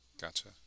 Gotcha